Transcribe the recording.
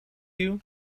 you